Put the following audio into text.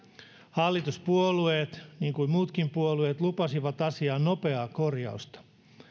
hallituspuolueet niin kuin muutkin puolueet lupasivat asiaan nopeaa korjausta